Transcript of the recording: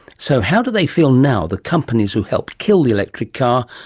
so how do they feel now, the companies who helped kill the electric car,